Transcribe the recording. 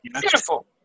Beautiful